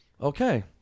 Okay